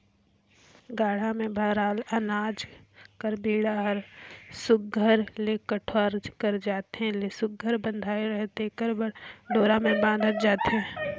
गाड़ा मे भराल अनाज कर बीड़ा हर सुग्घर ले कोठार कर जात ले सुघर बंधाले रहें तेकर बर डोरा मे बाधल जाथे